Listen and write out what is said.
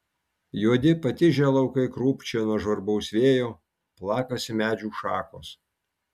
juodi patižę laukai krūpčioja nuo žvarbaus vėjo plakasi medžių šakos